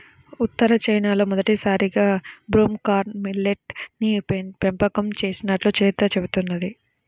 ఉత్తర చైనాలో మొదటిసారిగా broom corn millet ని పెంపకం చేసినట్లు చరిత్ర చెబుతున్నది